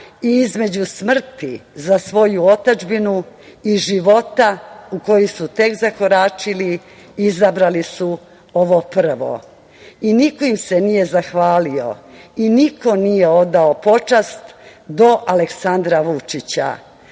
i između smrti za svoju otadžbinu i života u koji su tek zakoračili, izabrali su ovo prvo i niko im se nije zahvalio i niko nije odao počast do Aleksandra Vučića.